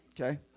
Okay